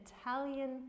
Italian